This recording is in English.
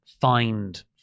find